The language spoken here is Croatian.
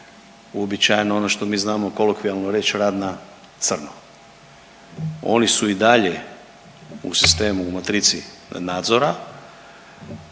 uobičajeno ono što mi znamo kolokvijalno reć, rad na crno. Oni su i dalje u sistemu u matrici nadzora,